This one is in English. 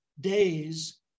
days